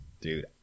Dude